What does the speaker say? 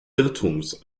irrtums